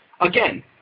again